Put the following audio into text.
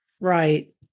Right